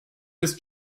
his